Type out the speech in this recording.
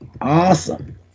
Awesome